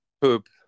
poop